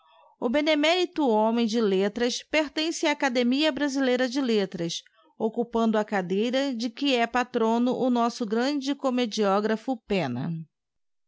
o benemérito homem de letras pertence á academia brasileira de letras occupando a cadeira de que é patrono o nosso grande comediographo penna